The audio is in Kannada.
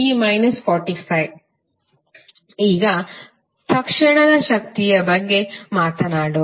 i ಈಗ ತಕ್ಷಣದ ಶಕ್ತಿಯ ಬಗ್ಗೆ ಮಾತನಾಡೋಣ